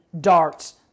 darts